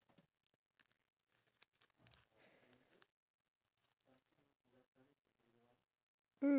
uh why about like a thing oh wait wait you didn't play luge before right and then it was your first time with me